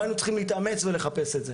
לא היינו צריכים להתאמץ ולחפש את זה.